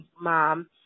mom